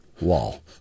wall